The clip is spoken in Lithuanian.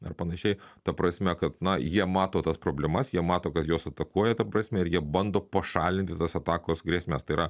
ar panašiai ta prasme kad na jie mato tas problemas jie mato kad juos atakuoja ta prasme ir jie bando pašalinti tas atakos grėsmes tai yra